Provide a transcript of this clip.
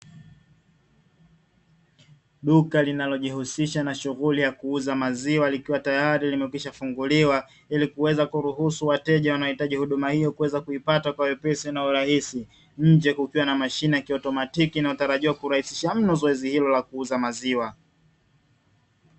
Duka linalojihusisha na shughuli ya kuuza maziwa, likiwa tayari limekwisha funguliwa, ili kuweza kuruhusu wateja wanaohitaji huduma hiyo kuweza kuipata kwa wepesi na urahisi, nje kukiwa na mashine ya kiautomatiki inayotarajiwa kurahisisha mno zoezi hilo la kuuza maziwa.